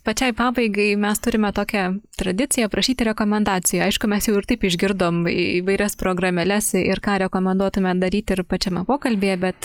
pačiai pabaigai mes turime tokią tradiciją prašyti rekomendacijų aišku mes jau ir taip išgirdom įvairias programėles ir ką rekomenduotumėt daryt ir pačiame pokalbyje bet